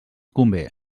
convé